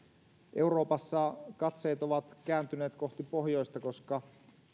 euroopassa katseet ovat kääntyneet kohti pohjoista koska